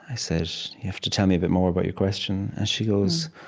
i said, you have to tell me a bit more about your question. and she goes,